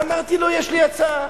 ואמרתי לו: יש לי הצעה.